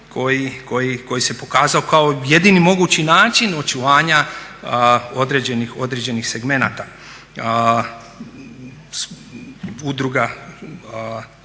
koji se pokazao kao jedini mogući način očuvanja određenih segmenata udruga